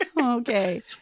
Okay